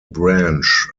branch